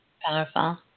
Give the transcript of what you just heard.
Powerful